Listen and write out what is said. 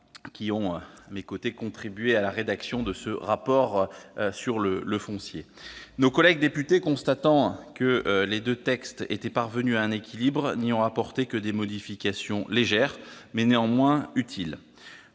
qui ont contribué à la rédaction de la partie du rapport consacrée au foncier. Nos collègues députés, constatant que les deux textes étaient parvenus à un équilibre, n'y ont apporté que des modifications légères, mais utiles.